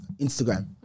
Instagram